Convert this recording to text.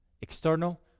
external